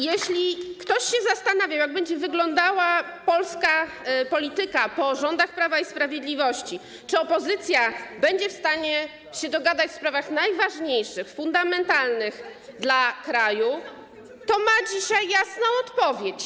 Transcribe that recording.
Jeśli ktoś się zastanawiał, jak będzie wyglądała polska polityka po rządach Prawa i Sprawiedliwości, czy opozycja będzie w stanie się dogadać w sprawach najważniejszych, fundamentalnych dla kraju, to ma dzisiaj jasną odpowiedź.